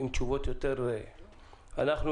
אני מבקש עם יותר תשובות.